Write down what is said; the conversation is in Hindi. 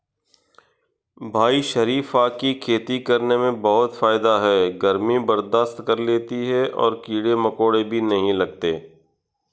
भाई शरीफा की खेती करने में बहुत फायदा है गर्मी बर्दाश्त कर लेती है और कीड़े मकोड़े भी नहीं लगते